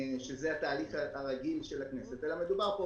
שזה התהליך הרגיל של הכנסת, אלא מדובר פה,